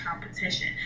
competition